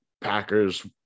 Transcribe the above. Packers